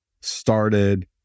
started